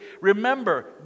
Remember